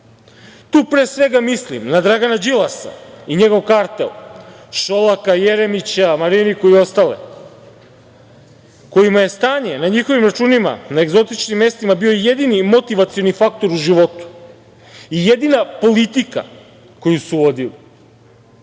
pre svega, mislim na Dragana Đilasa i njegov kartel, Šolaka i Jeremića, Mariniku i ostale, kojima je stanje na njihovim računima, na egzotičnim mestima bio jedini motivacioni faktor u životu, i jedina politika koju su vodili. Narod